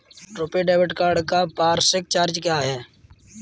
RuPay debit card का वार्षिक charge क्या है?